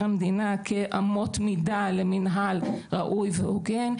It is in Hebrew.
המדינה כאמות מידה למינהל ראוי והוגן,